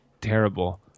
terrible